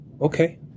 okay